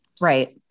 Right